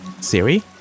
Siri